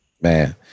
Man